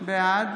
בעד